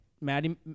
Maddie